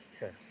Yes